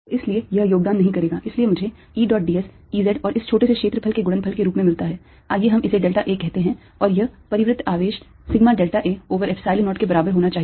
तो इसलिए यह योगदान नहीं करेगा इसलिए मुझे E dot d s E z और इस छोटे से क्षेत्रफल के गुणनफल के रूप में मिलता है आइए हम इसे delta a कहते हैं और यह परिवृत्त आवेश sigma delta a over Epsilon 0 के बराबर होना चाहिए